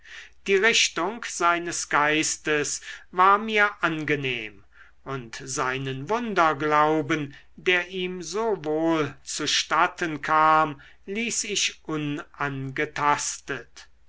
die richtung seines geistes war mir angenehm und seinen wunderglauben der ihm so wohl zustatten kam ließ ich unangetastet